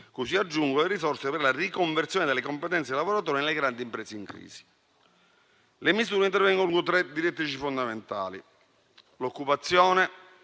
si aggiungono le risorse per la riconversione delle competenze dei lavoratori nelle grandi imprese in crisi. Le misure intervengono lungo tre direttrici fondamentali. Per l'occupazione,